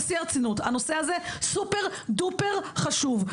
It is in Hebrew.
בשיא הרצינות הנושא הזה הוא סופר דופר חשוב.